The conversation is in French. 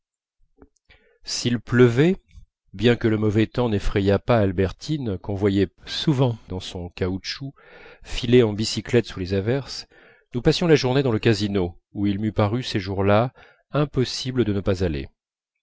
s'il pleuvait bien que le mauvais temps n'effrayât pas albertine qu'on voyait souvent dans son caoutchouc filer en bicyclette sous les averses nous passions la journée dans le casino où il m'eût paru ces jours-là impossible de ne pas aller